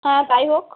হ্যাঁ তাই হোক